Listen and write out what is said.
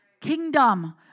Kingdom